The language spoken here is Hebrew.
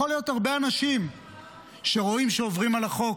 יכולים להיות הרבה אנשים שרואים שעוברים על החוק,